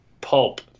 Pulp